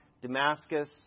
Damascus